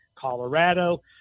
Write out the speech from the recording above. Colorado